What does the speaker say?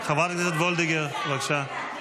חברת הכנסת וולדיגר, בבקשה.